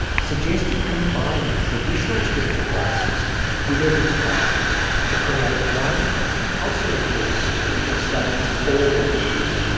suggested combining traditional scripture classes with ethics classes to create one compulsory course that studies all religions.